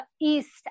east